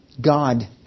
God